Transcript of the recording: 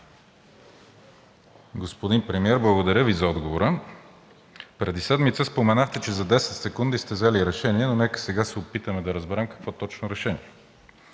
Господин Премиер, благодаря Ви за отговора. Преди седмица споменахте, че за 10 секунди сте взели решение, но нека сега да се опитаме да разберем какво точно решение.